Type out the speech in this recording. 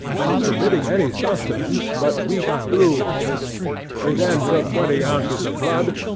and forbidding any sustenance but weak gruel he then took twenty ounces of blood,